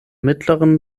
mittleren